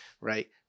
right